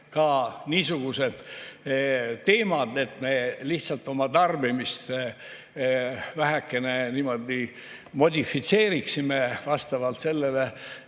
ka niisugused asjad, et me lihtsalt oma tarbimist väheke modifitseeriksime vastavalt sellele